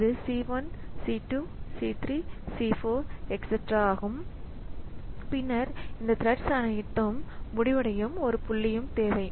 இது C 1 C 2 C 3 C 4 etcetera ஆகும் பின்னர் இந்த த்ரெட்ஸ் அனைத்தும் முடிவடையும் ஒரு புள்ளி தேவை